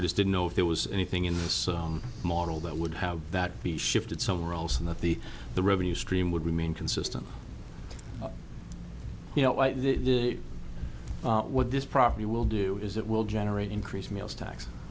i just didn't know if there was anything in this model that would have that be shifted somewhere else and that the the revenue stream would remain consistent you know what this probably will do is it will generate increased mail sta